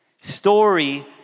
Story